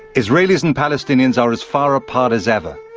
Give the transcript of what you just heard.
israelis and palestinians are as far apart as ever.